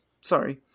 sorry